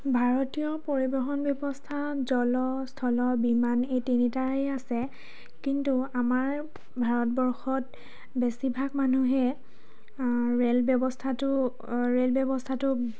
ভাৰতীয় পৰিবহণ ব্যৱস্থা জল স্থল বিমান এই তিনিটাৰে আছে কিন্তু আমাৰ ভাৰতবৰ্ষত বেছিভাগ মানুহে ৰে'ল ব্যৱস্থাটো ৰে'ল ব্যৱস্থাটো